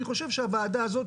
אני חושב שהוועדה הזאת,